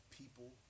people